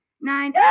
nine